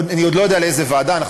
אני עוד לא יודע לאיזו ועדה נעביר.